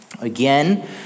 again